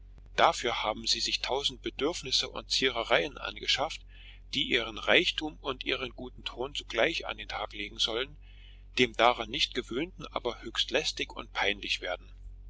dafür haben sie sich tausend bedürfnisse und zierereien angeschafft die ihren reichtum und ihren guten ton zugleich an den tag legen sollen dem daran nicht gewöhnten aber höchst lästig und peinlich werden